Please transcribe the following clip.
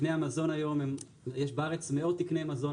יש בארץ מאות תקני מזון,